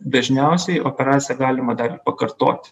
dažniausiai operaciją galima dar ir pakartoti